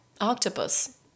octopus